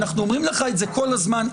ואנחנו אומרים לך את זה כל הזמן,